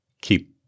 keep